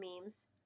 memes